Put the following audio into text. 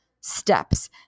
steps